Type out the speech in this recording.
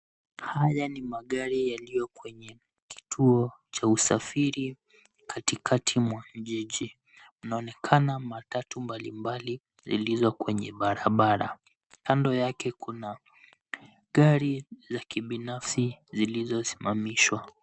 Haya ni magari yaliyo kwenye kituo cha usafiri. Katikati mwa jiji unaonekana matatu mbalimbali zilizo kwenye barabara. Kando yake kuna gari za kibinafsi zilizosimamishwa.